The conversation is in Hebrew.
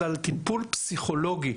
אלא על טיפול פסיכולוגי,